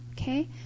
Okay